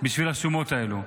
בשביל השומות האלו.